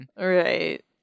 Right